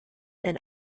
and